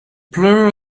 plural